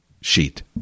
sheet